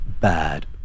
bad